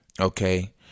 okay